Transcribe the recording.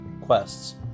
quests